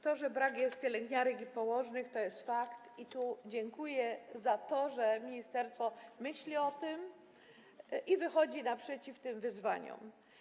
To, że brak jest pielęgniarek i położnych, to jest fakt i dziękuję za to, że ministerstwo myśli o tym i wychodzi naprzeciw tym wyzwaniom.